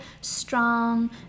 strong